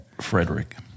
Frederick